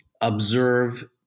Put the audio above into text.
observe